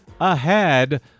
ahead